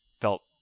felt